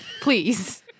please